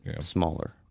smaller